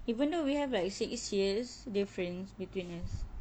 even though we have like six years difference between us